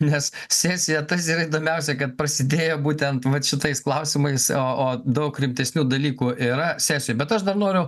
nes sesija tas ir įdomiausia kad prasidėjo būtent vat su tais klausimais o o daug rimtesnių dalykų yra sesija bet aš dar noriu